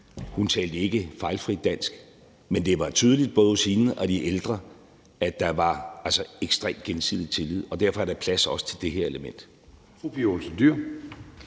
hun talte ikke fejlfrit dansk, men det var tydeligt både hos hende og de ældre, at der var en ekstrem, gensidig tillid. Derfor er der plads også til det her element.